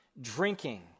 drinking